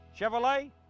Chevrolet